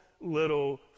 little